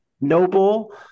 noble